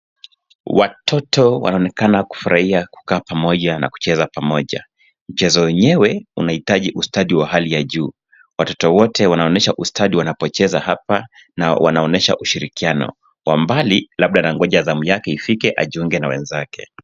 Watoto wanaonekana kufurahia kukaa pamoja na kucheza pamoja. Mchezo wenyewe unahitaji ustadi wa hali ya juu. Watoto wote wanaonyesha ustadi wanapocheza hapa na wanaonyesha ushirikiano. Wa mbali labda anangoja zamu yake ifike ajiunge na wenzake.